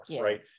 right